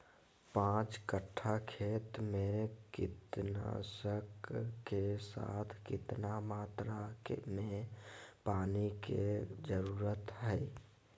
पांच कट्ठा खेत में कीटनाशक के साथ कितना मात्रा में पानी के जरूरत है?